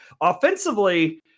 offensively